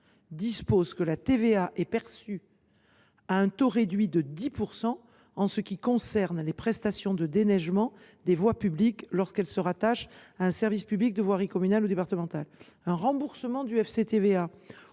dispose que la TVA est perçue au taux réduit de 10 % pour « les prestations de déneigement des voies publiques lorsqu’elles se rattachent à un service public de voirie communale ou départementale ». Un remboursement du FCTVA